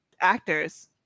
actors